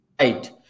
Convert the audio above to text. Right